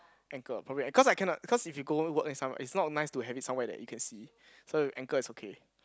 ankle probably ankle cause I cannot cause if you go work and stuff right it's not nice to have it somewhere that you can see so ankle is okay